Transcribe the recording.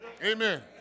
Amen